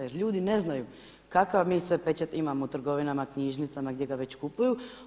Jer ljudi ne znaju kakav mi sve pečat imamo u trgovinama, knjižnicama gdje ga već kupuju.